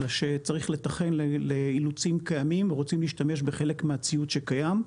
שצריך לתכן לאילוצים קיימים ורוצים להשתמש בחלק מהציוד שקיים,